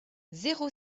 zéro